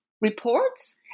reports